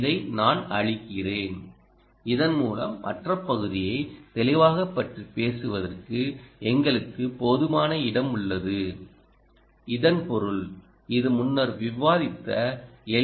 இதை நான் அழிக்கிறேன் இதன்மூலம் மற்ற பகுதியைப் தெளிவாகப் பற்றி பேசுவதற்கு எங்களுக்கு போதுமான இடம் உள்ளது இதன் பொருள் இது முன்னர் விவாதித்த எல்